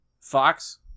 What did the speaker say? Fox